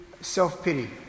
self-pity